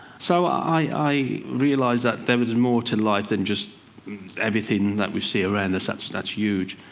so i realized that there was more to life than just everything that we see around us that's that's huge.